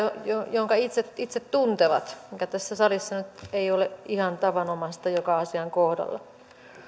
jonka itse tuntevat mikä tässä salissa nyt ei ole ihan tavanomaista joka asian kohdalla